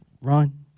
run